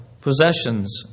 possessions